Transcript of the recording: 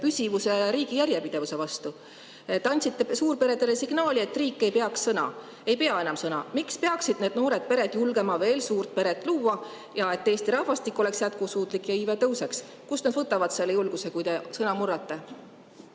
püsivuse ja riigi järjepidevuse vastu. Te andsite suurperedele signaali, et riik ei pea enam sõna. Miks peaksid need noored pered julgema veel suurt peret luua ja [seeläbi tagada,] et Eesti rahvastik oleks jätkusuutlik ja iive tõuseks? Kust nad võtavad selle julguse, kui te sõna murrate?